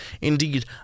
Indeed